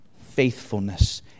Faithfulness